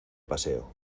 paseo